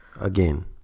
Again